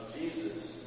Jesus